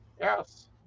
yes